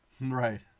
Right